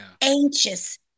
anxious